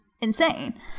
insane